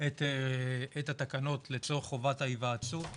את התקנות לצורך חובת ההיוועצות.